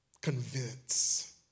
convince